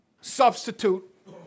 substitute